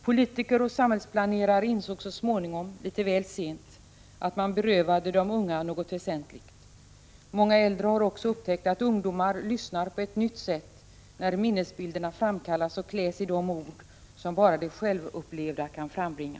Politiker och samhällsplanerare insåg så småningom, litet väl sent, att man berövade de unga något väsentligt. Många äldre har också upptäckt att ungdomar lyssnar på ett nytt sätt när minnesbilderna framkallas och kläs i de ord som bara det självupplevda kan frambringa.